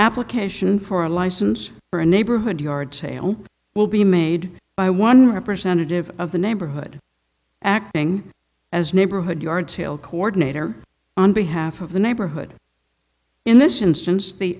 application for a license for a neighborhood yard sale will be made by one representative of the neighborhood acting as neighborhood yard sale coordinator on behalf of the neighborhood in this instance the